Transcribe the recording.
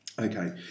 Okay